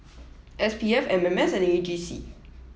SPF MMS and AGC